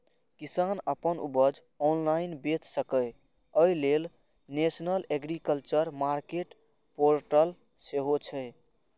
किसान अपन उपज ऑनलाइन बेच सकै, अय लेल नेशनल एग्रीकल्चर मार्केट पोर्टल सेहो छै